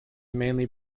mainly